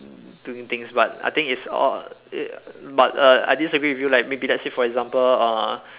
doing things but I think it's all but uh I disagree with you like maybe like let's say for example uh